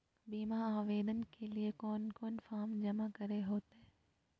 बीमा आवेदन के लिए कोन कोन फॉर्म जमा करें होते